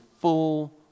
full